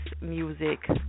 music